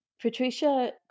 Patricia